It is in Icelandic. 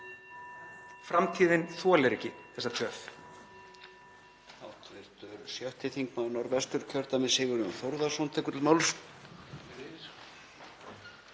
Framtíðin þolir ekki þessa töf.